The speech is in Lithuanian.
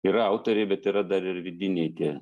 yra autoriai bet yra dar ir vidiniai tie